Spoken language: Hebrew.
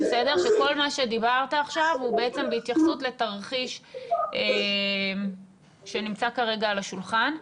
שכל מה שדיברת עכשיו הוא בעצם בהתייחסות לתרחיש שנמצא כרגע על השולחן.